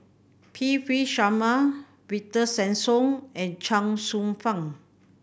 P V Sharma Victor Sassoon and Chuang Hsueh Fang